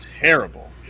terrible